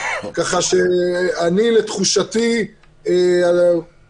בעסק כן, שאלתי על בית פרטי.